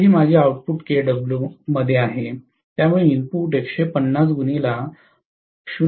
तर हे माझे आउटपुट kW आहे त्यामुळे इनपुट किती असेल